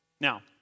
Now